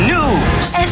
News